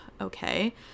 Okay